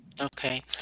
Okay